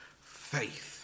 faith